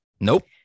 nope